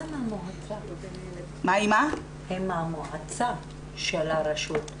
מה עם המועצה של הרשות?